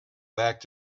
back